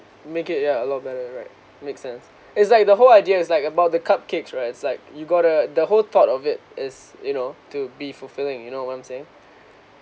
make it ya a lot better right make sense it's like the whole idea is like about the cupcakes right it's like you got the the whole thought of it is you know to be fulfilling you know what I'm saying